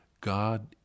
God